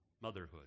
Motherhood